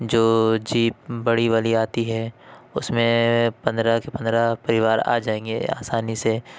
جو جیپ بڑی والی آتی ہے اس میں پندرہ کے پندرہ پریوار آ جائیں گے آسانی سے